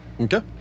Okay